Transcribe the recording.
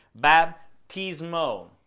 baptismo